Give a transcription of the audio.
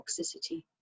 toxicity